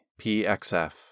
PXF